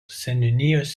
seniūnijos